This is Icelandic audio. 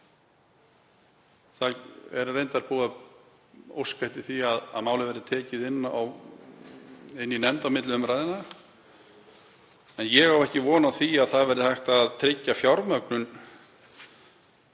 Það er reyndar búið að óska eftir því að málið verði tekið inn í nefnd á milli umræðna en ég á ekki von á því að hægt verði að tryggja fjármögnun